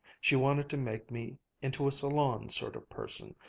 she wanted to make me into a salon sort of person,